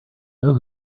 know